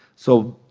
so